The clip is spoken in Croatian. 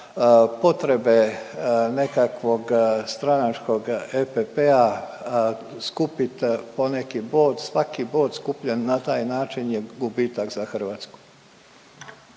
potrebe nekakvog stranačkog EPP-a skupit poneki bod, svaki bod skupljen na taj način je gubitak za Hrvatsku.